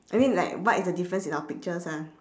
I mean like what is the difference in our pictures ah